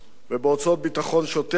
ובהוצאות ביטחון שוטף,